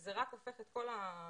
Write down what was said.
זה רק הופך את כל הכאוס